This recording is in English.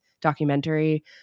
documentary